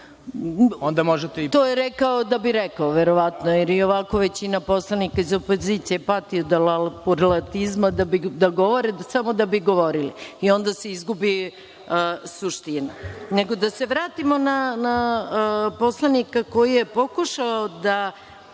To je rekao samo da bi rekao, verovatno, jer ionako većina poslanika iz opozicije pati od lapurlatizma, da govore samo da bi govorili i onda se izgubi suština. Nego, da se vratimo na poslanika koji je pokušao da